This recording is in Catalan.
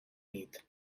nit